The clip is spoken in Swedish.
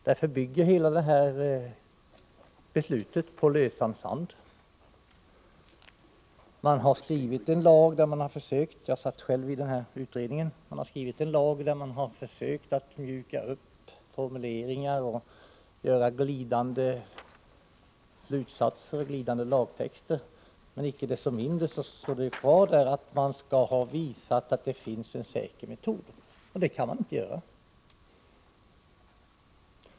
Därför bygger hela detta beslut på lösan sand. Jag tillhörde själv den utredning som förberedde denna lag. I lagen har man försökt mjuka upp formuleringarna, och det har blivit en glidande lagtext. Men icke desto mindre står det att man skall visa att det finns en säker metod. Och det kan man inte visa.